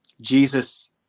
Jesus